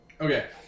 Okay